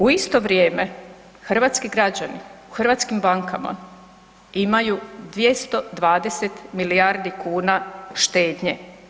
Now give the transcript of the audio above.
U isto vrijeme, hrvatski građani u hrvatskim bankama imaju 220 milijardi kuna štednje.